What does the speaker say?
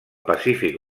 pacífic